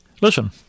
Listen